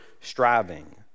striving